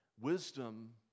Wisdom